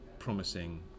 promising